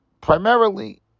primarily